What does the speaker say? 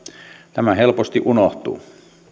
tämä helposti unohtuu